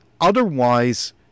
Otherwise